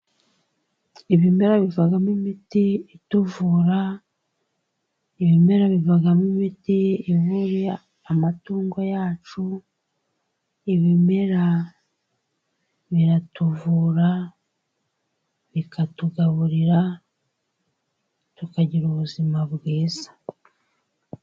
Ibimera bivamo imiti ituvura, ibimera bivamo imiti ivura amatungo yacu, ibimera biratuvura, bikatugaburira tukagira ubuzima bwiza.